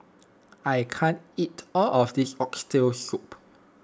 I can't eat all of this Oxtail Soup